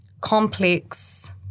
complex